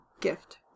gift